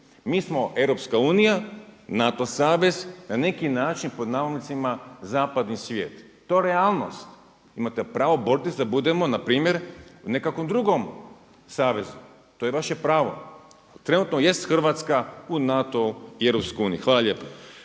mi smo EU, NATO savez na neki način „zapadni svijet“. To je realnost. Imate pravo boriti se da budemo npr.u nekakvom drugom savezu. To je vaše pravo, ali trenutno jest Hrvatska u NATO-u i EU. Hvala lijepa.